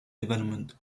development